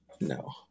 No